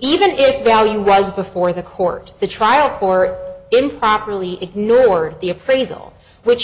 even if value was before the court the trial for improperly ignore the appraisal which